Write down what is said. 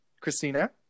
Christina